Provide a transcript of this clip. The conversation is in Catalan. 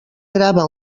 grava